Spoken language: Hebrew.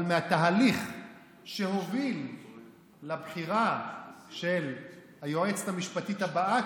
אבל מהתהליך שהוביל לבחירה של היועצת המשפטית הבאה,